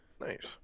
nice